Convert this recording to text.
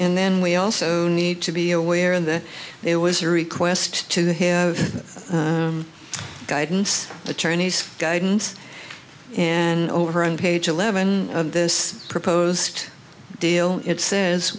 n then we also need to be aware that there was a request to the have guidance attorneys guidance and over on page eleven of this proposed deal it says